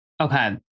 Okay